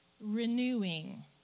renewing